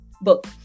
book